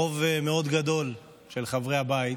ברוב מאוד גדול של חברי הבית.